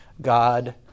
God